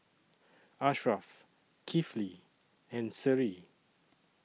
Ashraff Kifli and Seri